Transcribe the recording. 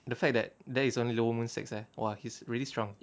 the fact that there is only lumen six eh !wah! he's really strong